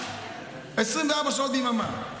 24 שעות ביממה.